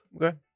Okay